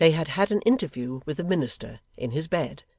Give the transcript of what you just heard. they had had an interview with the minister, in his bed,